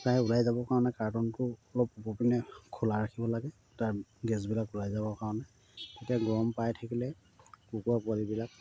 প্ৰায় ওলাই যাবৰ কাৰণে কাৰ্টনটো অলপ ওপৰ পিনে খোলা ৰাখিব লাগে তাৰ গেছবিলাক ওলাই যাবৰ কাৰণে তেতিয়া গৰম পাই থাকিলে কুকুৰা পোৱালিবিলাক